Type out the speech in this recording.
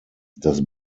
das